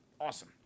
awesome